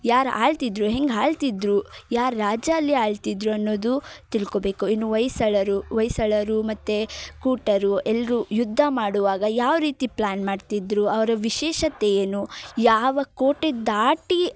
ಯಾರು ಆಳ್ತಿದ್ದರು ಹೆಂಗೆ ಆಳ್ತಿದ್ರು ಯಾರು ರಾಜ ಅಲ್ಲಿ ಆಳ್ತಿದ್ದರು ಅನ್ನೋದು ತಿಳ್ಕೊಬೇಕು ಇನ್ನು ಹೊಯ್ಸಳರು ಹೊಯ್ಸಳರು ಮತ್ತು ಕೂಟರು ಎಲ್ಲರು ಯುದ್ಧ ಮಾಡುವಾಗ ಯಾವ ರೀತಿ ಪ್ಲ್ಯಾನ್ ಮಾಡ್ತಿದ್ದರು ಅವರ ವಿಶೇಷತೆ ಏನು ಯಾವ ಕೋಟೆ ದಾಟಿ